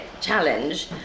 challenge